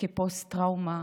כפוסט-טראומה